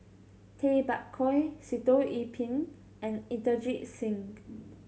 Tay Bak Koi Sitoh Yih Pin and Inderjit Singh